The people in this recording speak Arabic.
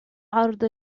عرض